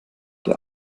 der